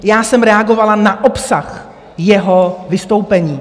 Já jsem reagovala na obsah jeho vystoupení.